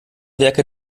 werke